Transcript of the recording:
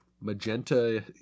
magenta